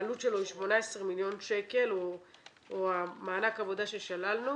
העלות שלו היא 18 מיליון שקל או מענק העבודה ששללנו